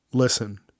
Listen